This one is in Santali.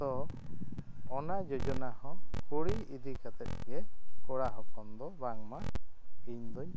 ᱛᱚ ᱚᱱᱟ ᱡᱳᱡᱚᱱᱟ ᱦᱚᱸ ᱠᱩᱲᱤ ᱤᱫᱤ ᱠᱟᱛᱮ ᱜᱮ ᱠᱚᱲᱟ ᱦᱚᱯᱚᱱ ᱫᱚ ᱵᱟᱝᱢᱟ ᱤᱧ ᱫᱩᱧ